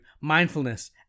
mindfulness